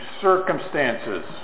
circumstances